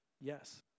yes